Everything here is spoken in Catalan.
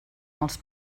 als